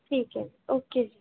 ਠੀਕ ਹੈ ਓਕੇ ਜੀ